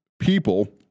people